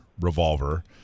revolver